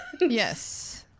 yes